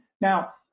Now